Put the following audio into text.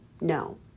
no